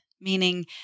meaning